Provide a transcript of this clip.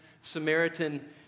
Samaritan